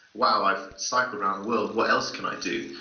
wow i've cycled around the world what else can i do?